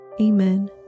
Amen